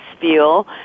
feel